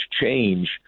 change